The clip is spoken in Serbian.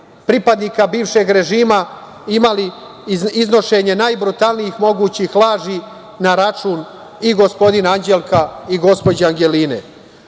pripadnika bivšeg režima, imali iznošenje najbrutalnijih mogućih laži na račun i gospodina Anđelka i gospođe Angeline.